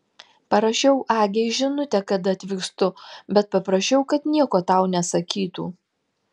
parašiau agei žinutę kad atvykstu bet paprašiau kad nieko tau nesakytų